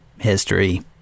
history